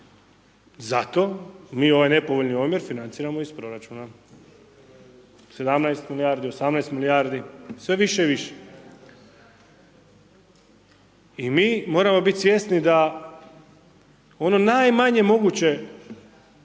Zato mi ovaj nepovoljni omjer financiramo iz proračuna, 17 milijardi, 18 milijardi, sve više i više. I mi moramo biti svjesni da ono najmanje moguće